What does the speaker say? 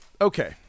Okay